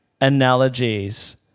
analogies